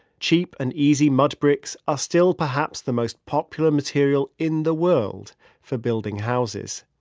cheap and easy mud bricks are still perhaps the most popular material in the world for building houses.